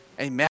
amen